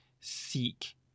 seek